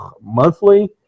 monthly